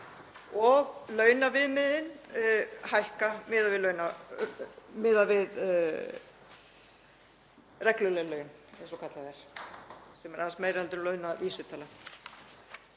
og launaviðmiðin hækka miðað við regluleg laun, eins og kallað er, sem er aðeins meira en launavísitalan.